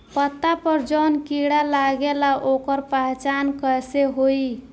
पत्ता पर जौन कीड़ा लागेला ओकर पहचान कैसे होई?